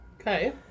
Okay